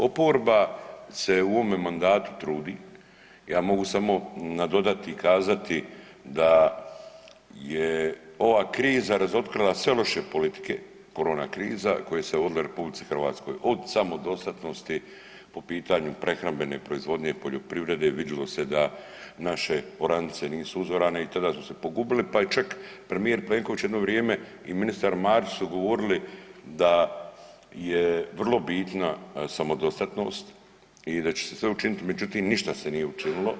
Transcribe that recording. Oporba se u ovome trudi, ja mogu samo nadodati i kazati da je ova kriza razotkrila sve loše politike, korona kriza koje se vodile u RH od samodostatnosti po pitanju prehrambene proizvodnje, poljoprivrede vidjelo se da naše oranice nisu uzorane i tada su se pogubili pa je čak premijer Plenković jedno vrijeme i ministar Marić su govorili da je vrlo bitna samodostatnost i da će se sve učiniti, međutim ništa se nije učinilo.